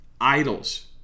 Idols